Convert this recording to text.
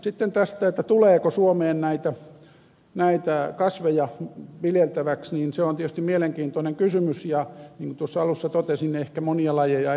sitten se tuleeko suomeen näitä kasveja viljeltäväksi on tietysti mielenkiintoinen kysymys ja niin kuin tuossa alussa totesin ehkä monia lajeja ei meille tule